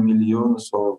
milijonus o